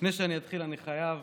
אני חייב